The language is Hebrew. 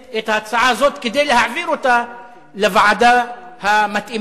את ההצעה הזאת כדי להעביר אותה לוועדה המתאימה.